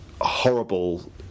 horrible